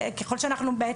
לנו.